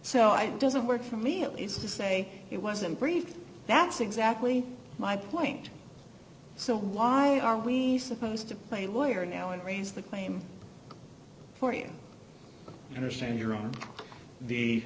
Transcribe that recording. so i doesn't work for me is to say it wasn't brief that's exactly my point so why are we supposed to play a lawyer now and raise the claim before you understand your own the